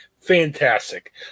Fantastic